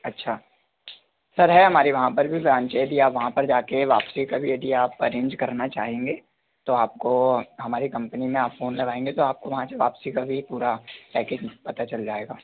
अच्छा सर है हमारी वहाँ पर भी ब्रांच है यदि आप वहाँ पर जा कर वापसी का भी यदि आप अरेंज करना चाहेंगे तो आपको हमारी कम्पनी में आप फ़ोन लगाएँगे तो आपको वहाँ से वापसी का भी पूरा पैकेज पता चल जाएगा